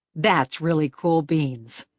that's really cool beans.